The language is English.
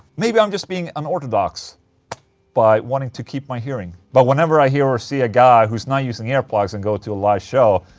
maybe i'm just being an orthodox by wanting to keep my hearing but whenever i hear or see a guy who's not using air plugs and go to a live show.